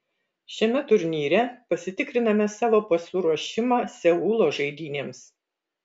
šiame turnyre pasitikriname savo pasiruošimą seulo žaidynėms